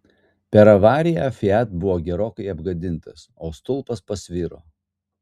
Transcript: per avariją fiat buvo gerokai apgadintas o stulpas pasviro